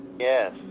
Yes